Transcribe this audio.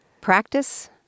practice